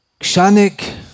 kshanik